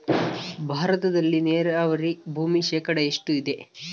ಭಾರತದಲ್ಲಿ ನೇರಾವರಿ ಭೂಮಿ ಶೇಕಡ ಎಷ್ಟು ಇದೆ?